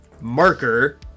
marker